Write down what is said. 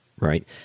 Right